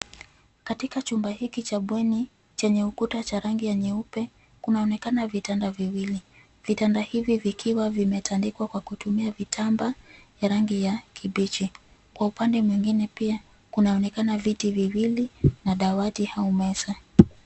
Katika chumba hiki cha bweni chenye ukuta cha rangi ya nyeupe, kunaonekana vitanda viwili. Vitanda hivi vikiwa vimetandikwa kwa kutumia vitambaa ya rangi ya kibichi. Kwa upande mwingine pia kunaonekana viti viwili na dawati au meza.